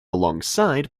alongside